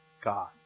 God